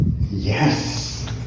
Yes